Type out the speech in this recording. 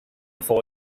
four